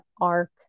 arc